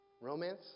romance